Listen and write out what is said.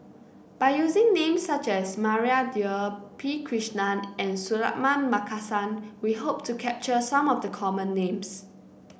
by using names such as Maria Dyer P Krishnan and Suratman Markasan we hope to capture some of the common names